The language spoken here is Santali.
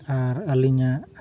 ᱟᱨ ᱟᱹᱞᱤᱧᱟᱜ